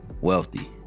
wealthy